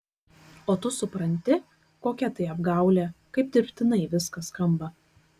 o tu supranti kokia tai apgaulė kaip dirbtinai viskas skamba